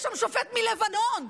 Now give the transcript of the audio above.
יש שם שופט מלבנון.